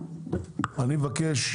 אני מבקש,